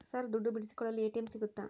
Sir ದುಡ್ಡು ಬಿಡಿಸಿಕೊಳ್ಳಲು ATM ಸಿಗುತ್ತಾ?